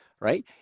right